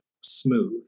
smooth